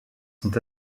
sont